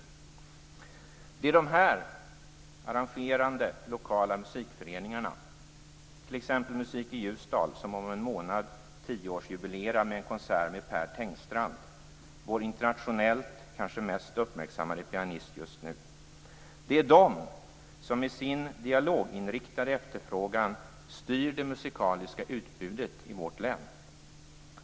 Ett exempel på dessa arrangerande lokala musikföreningar är Musik i Ljusdal som om en månad tioårsjubilerar med en konsert med Per Tengstrand. Han är kanske vår internationellt mest uppmärksammade pianist just nu. Det är dessa musikföreningar som med sin dialoginriktade efterfrågan styr det musikaliska utbudet i länet.